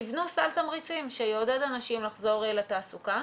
תבנו סל תמריצים שיעודד אנשים לחזור לתעסוקה.